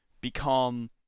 become